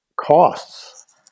costs